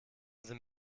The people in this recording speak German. sind